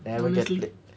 honestly -EMPTY-